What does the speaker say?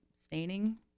staining